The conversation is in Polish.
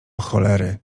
cholery